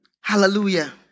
Hallelujah